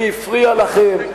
מי הפריע לכם?